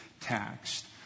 taxed